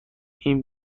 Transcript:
این